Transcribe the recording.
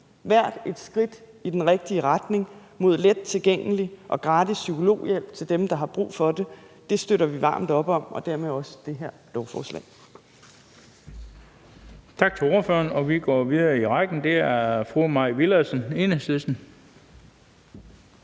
Hvert et skridt i den rigtige retning mod lettilgængelig og gratis psykologhjælp til dem, der har brug for det, støtter vi varmt op om og dermed også om det her lovforslag. Kl. 10:42 Den fg. formand (Bent Bøgsted): Tak til ordføreren. Og vi går videre i rækken. Det er fru Mai Villadsen, Enhedslisten.